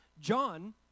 John